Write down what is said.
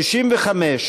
בעמוד 65,